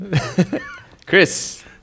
Chris